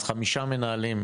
אז חמישה מנהלים,